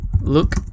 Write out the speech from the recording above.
Look